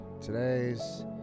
today's